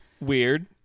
weird